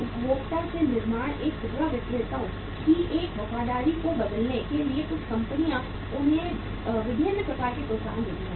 उपभोक्ता से निर्माता तक खुदरा विक्रेताओं की इस वफादारी को बदलने के लिए कुछ कंपनियां उन्हें विभिन्न प्रकार के प्रोत्साहन देती हैं